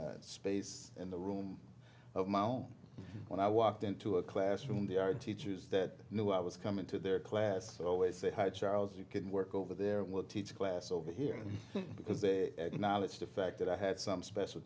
a space in the room of my own when i walked into a classroom the art teachers that knew i was coming to their class i always say hi charles you can work over there we'll teach a class over here because they acknowledge the fact that i had some special